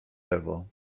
lewo